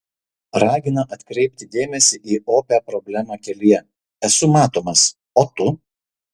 ragina atkreipti dėmesį į opią problemą kelyje esu matomas o tu